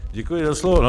Děkuji za slovo.